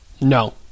No